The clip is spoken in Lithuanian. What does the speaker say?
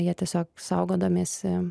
jie tiesiog saugodamiesi